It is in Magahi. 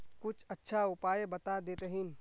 कुछ अच्छा उपाय बता देतहिन?